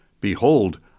Behold